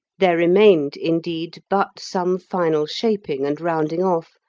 there remained, indeed, but some final shaping and rounding off,